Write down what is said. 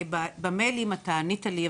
שבמיילים אתה ענית לי,